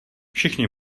všichni